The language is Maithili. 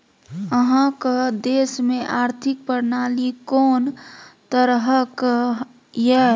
अहाँक देश मे आर्थिक प्रणाली कोन तरहक यै?